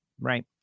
Right